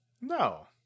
No